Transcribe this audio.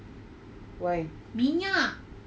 why